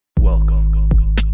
Welcome